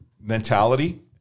mentality